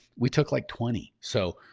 we took like twenty so